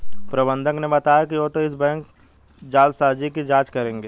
प्रबंधक ने बताया कि वो इस बैंक जालसाजी की जांच करेंगे